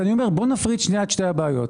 נפריד את שתי הבעיות.